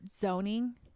zoning